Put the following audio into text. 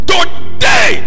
Today